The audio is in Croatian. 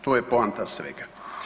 To je poanta svega.